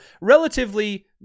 relatively